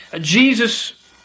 Jesus